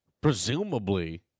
Presumably